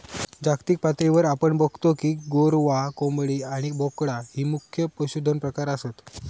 जागतिक पातळीवर आपण बगतो की गोरवां, कोंबडी आणि बोकडा ही मुख्य पशुधन प्रकार आसत